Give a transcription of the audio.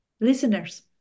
listeners